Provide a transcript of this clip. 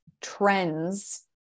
trends